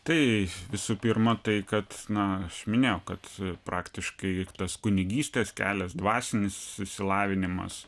tai visų pirma tai kad na aš minėjau kad praktiškai juk tas kunigystės kelias dvasinis išsilavinimas